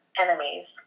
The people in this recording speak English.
enemies